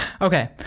Okay